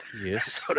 Yes